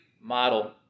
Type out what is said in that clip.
model